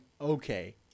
okay